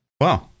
Wow